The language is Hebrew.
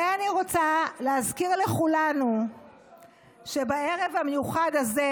ואני רוצה להזכיר לכולנו שבערב המיוחד הזה,